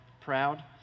proud